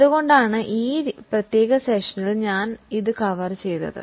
അതുകൊണ്ടാണ് ഈ സെഷനിൽ ഞാൻ ഇത് കവർ ചെയ്തത്